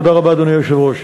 תודה רבה, אדוני היושב-ראש.